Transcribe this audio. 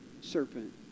serpent